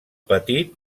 petit